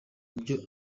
byo